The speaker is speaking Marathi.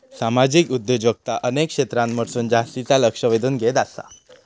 सामाजिक उद्योजकता अनेक क्षेत्रांमधसून जास्तीचा लक्ष वेधून घेत आसा